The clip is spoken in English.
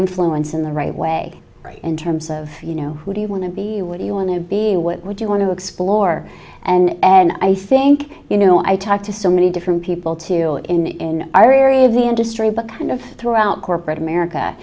influence in the right way right in terms of you know who do you want to be what do you want to be what would you want to explore and i think you know i talk to so many different people too in our area of the industry but kind of throughout corporate america